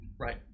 Right